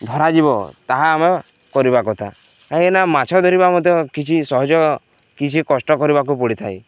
ଧରାଯିବ ତାହା ଆମେ କରିବା କଥା କାହିଁକିନା ମାଛ ଧରିବା ମଧ୍ୟ କିଛି ସହଜ କିଛି କଷ୍ଟ କରିବାକୁ ପଡ଼ିଥାଏ